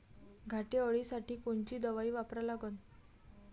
घाटे अळी साठी कोनची दवाई वापरा लागन?